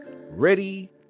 ready